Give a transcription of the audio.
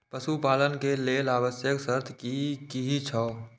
पशु पालन के लेल आवश्यक शर्त की की छै?